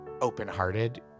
open-hearted